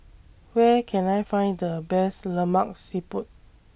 Where Can I Find The Best Lemak Siput